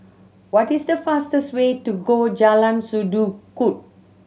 what is the fastest way to go Jalan Sendudok